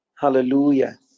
Hallelujah